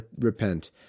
repent